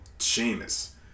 Sheamus